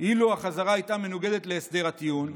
"אילו החזרה הייתה מנוגדת להסדר הטיעון,